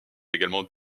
également